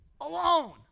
alone